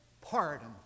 pardon